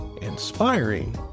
inspiring